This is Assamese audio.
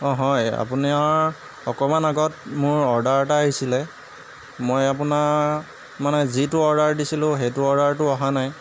অঁ হয় আপোনাৰ অকণমান আগত মোৰ অৰ্ডাৰ এটা আহিছিলে মই আপোনাৰ মানে যিটো অৰ্ডাৰ দিছিলো সেইটো অৰ্ডাৰটো আহা নাই